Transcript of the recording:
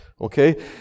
Okay